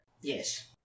Yes